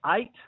eight